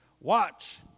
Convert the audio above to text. Watch